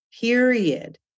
period